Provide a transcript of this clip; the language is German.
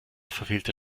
verfehlte